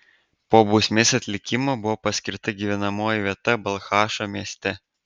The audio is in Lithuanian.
po bausmės atlikimo buvo paskirta gyvenamoji vieta balchašo mieste